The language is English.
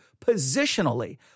Positionally